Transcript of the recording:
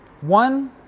One